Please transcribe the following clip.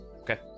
okay